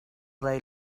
they